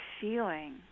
feeling